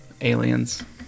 aliens